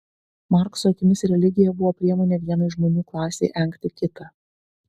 markso akimis religija buvo priemonė vienai žmonių klasei engti kitą